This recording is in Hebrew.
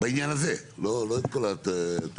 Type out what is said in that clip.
בעניין הזה, לא את כל התהליך.